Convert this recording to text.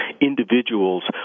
individuals